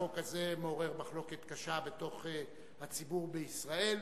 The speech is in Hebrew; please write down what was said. החוק הזה מעורר מחלוקת קשה בתוך הציבור בישראל,